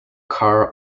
car